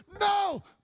No